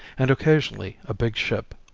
and occasionally a big ship,